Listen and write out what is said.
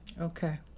Okay